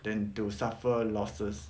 than to suffer losses